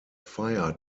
fire